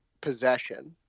possession